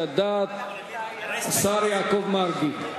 השר יעקב מרגי.